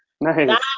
Nice